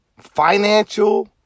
Financial